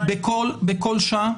בכל שעה?